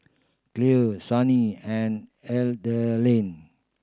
Clare Sunny and Ethelene